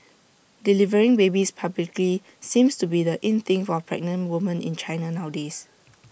delivering babies publicly seems to be the in thing for pregnant woman in China nowadays